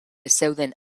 zeuden